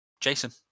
Jason